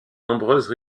nombreuses